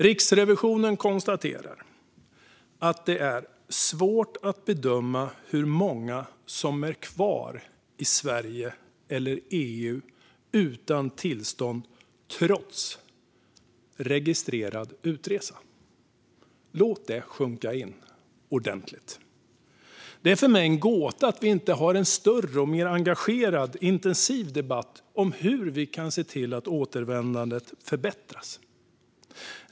Riksrevisionen konstaterar att det är svårt att bedöma hur många som är kvar i Sverige eller EU utan tillstånd trots registrerad utresa. Låt det sjunka in ordentligt! Det är för mig en gåta att vi inte har en större och mer engagerad och intensiv debatt om hur vi kan se till att återvändandet förbättras.